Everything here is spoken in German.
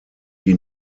die